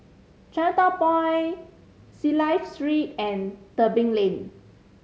Chinatown Point Clive Street and Tebing Lane